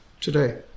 today